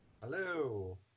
Hello